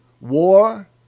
War